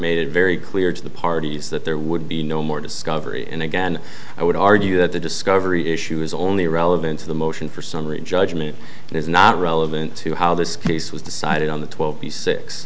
made it very clear to the parties that there would be no more discovery and again i would argue that the discovery issue is only relevant to the motion for summary judgment and is not relevant to how this case was decided on the twel